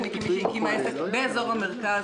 ואני מי שהקימה עסק באזור המרכז,